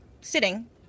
Sitting